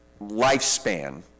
lifespan